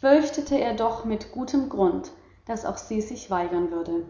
fürchtete er doch mit gutem grund daß auch sie sich weigern würde